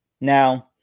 Now